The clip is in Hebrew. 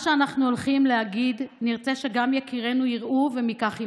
שאנחנו הולכים להגיד נרצה שגם יקירינו יראו ומכך ילמדו.